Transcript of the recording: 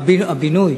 הבינוי